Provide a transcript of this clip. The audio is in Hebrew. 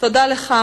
תודה לך.